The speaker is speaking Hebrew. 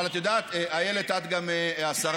אבל את יודעת, איילת, השרה,